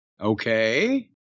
Okay